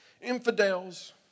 infidels